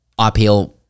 IPL